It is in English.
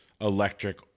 electric